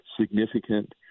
significant